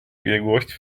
biegłość